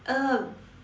uh